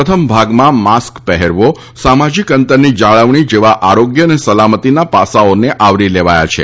પ્રથમ ભાગમાં માસ્ક પહેરવો સામાજિક અંતરની જાળવણી જેવા આરોગ્ય અને સલામતીના પાસાઓને આવરી લેવાયા છે